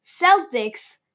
Celtics